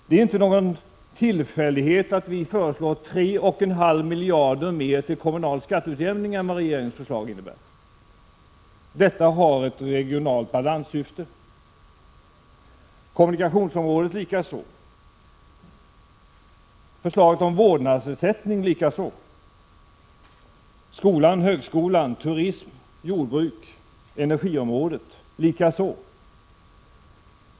Det är inte någon tillfällighet att vi föreslår 3,5 miljarder mer till kommunalskatteutjämning än vad regeringens förslag innebär, utan det finns ett regionalt balanssyfte. Detsamma gäller kommunikationsområdet, förslaget om vårdnadsersättning, skola, högskola, turism, jordbruk och energipolitik.